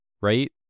Right